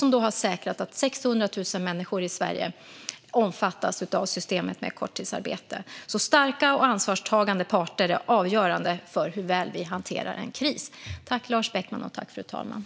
Dessa har säkrat att 600 000 människor i Sverige omfattas av systemet med korttidsarbete. Starka och ansvarstagande parter är alltså avgörande för hur väl vi hanterar en kris.